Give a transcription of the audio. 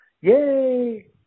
Yay